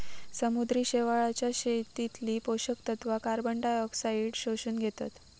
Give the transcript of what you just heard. समुद्री शेवाळाच्या शेतीतली पोषक तत्वा कार्बनडायऑक्साईडाक शोषून घेतत